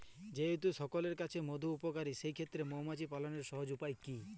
যেহেতু সকলের কাছেই মধু উপকারী সেই ক্ষেত্রে মৌমাছি পালনের সহজ উপায় কি?